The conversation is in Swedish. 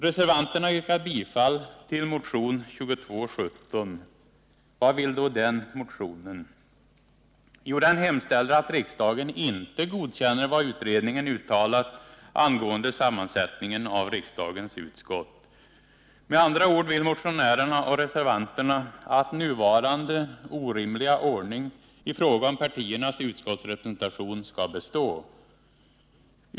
Reservanterna yrkar bifall till motionen 2217. Vad vill då den motionen? Jo, den hemställer att riksdagen inte godkänner vad utredningen uttalat angående sammansättningen av riksdagens utskott. Med andra ord vill motionärerna och reservanterna att nuvarande orimliga ordning i fråga om partiernas utskottsrepresentation skall bestå.